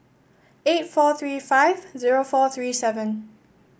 eight four three five zero four three seven